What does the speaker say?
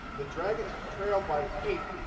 the dragons trail by eight.